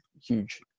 huge